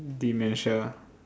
dementia